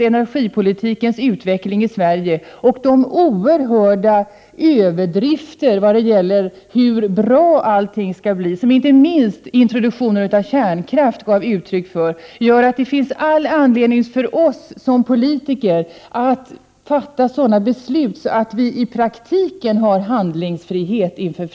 Energipolitikens utveckling i Sverige och de oerhörda överdrifter i vad gäller talet om hur bra allting skall bli som man inte minst gav uttryck för vid introduktionen av kärnkraften, gör att det finns all anledning för oss politiker att fatta sådana beslut att vi i framtiden i praktiken har handlingsfrihet.